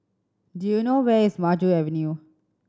do you know where is Maju Avenue